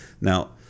Now